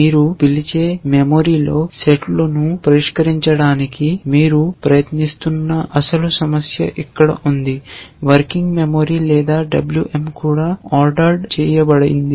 మీరు పిలిచే మెమరీలో సెట్లను పరిష్కరించడానికి మీరు ప్రయత్నిస్తున్న అసలు సమస్య ఇక్కడ ఉంది వర్కింగ్ మెమరీ లేదా WM కూడా ఆర్డర్ చేయబడింది